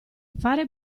fare